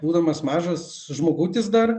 būdamas mažas žmogutis dar